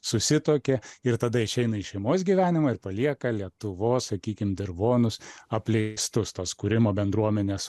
susituokė ir tada išeina į šeimos gyvenimą ir palieka lietuvos sakykim dirvonus apleistus tos kūrimo bendruomenės